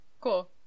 cool